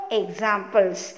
examples